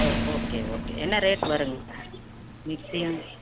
ஓ okay okay என்ன rate வருங்க மிக்ஸியும்